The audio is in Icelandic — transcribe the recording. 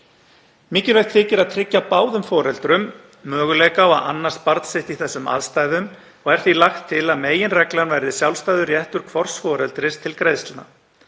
Mikilvægt þykir að tryggja báðum foreldrum möguleika á að annast barn sitt í þessum aðstæðum og er því lagt til að meginreglan verði sjálfstæður réttur hvors foreldris til greiðslna.